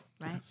Right